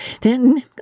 then